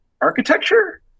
architecture